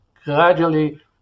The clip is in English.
gradually